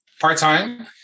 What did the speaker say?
part-time